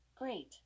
Great